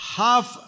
half